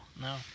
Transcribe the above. No